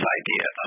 idea